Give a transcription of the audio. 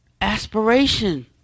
aspiration